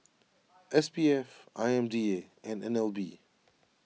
S P F I M D A and N L B